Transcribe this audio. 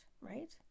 right